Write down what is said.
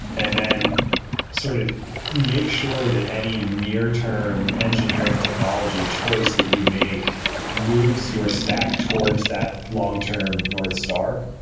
and then sort of make sure that any near-term engineering technology choice that you make moves your stack towards that long-term northstar.